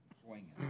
swinging